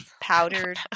Powdered